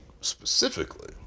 specifically